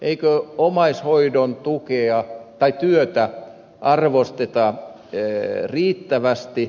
eikö omaishoidon työtä arvosteta riittävästi